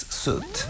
suit